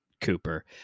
Cooper